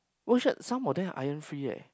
wash shirt some of them iron free eh